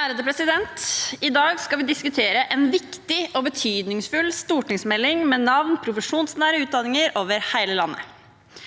I dag skal vi diskutere en viktig og betydningsfull stortingsmelding med navn «Profesjonsnære utdanningar over heile landet».